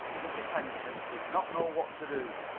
mrs. henderson did not know what to do.